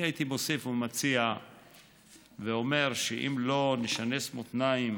אני הייתי מוסיף ומציע ואומר שאם לא נשנס מותניים